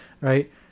Right